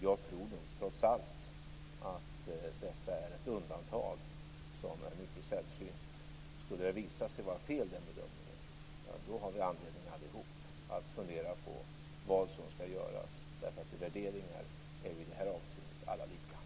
Jag tror nog trots allt att detta är ett undantag som är mycket sällsynt. Skulle den bedömningen visa sig vara fel har vi alla anledning att fundera på vad som skall göras, därför att i värderingar är vi i detta avseende alla lika.